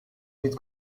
niet